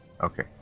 Okay